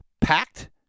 packed